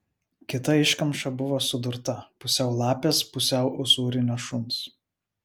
kita iškamša buvo sudurta pusiau lapės pusiau usūrinio šuns